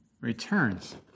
returns